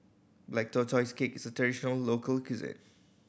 Black Tortoise Cake is traditional local cuisine